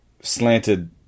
slanted